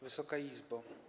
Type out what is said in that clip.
Wysoka Izbo!